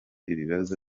ibibazo